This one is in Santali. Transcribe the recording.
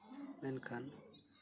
ᱢᱮᱱᱠᱷᱟᱱ